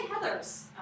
Heather's